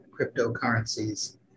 cryptocurrencies